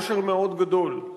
עושר מאוד גדול.